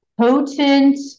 potent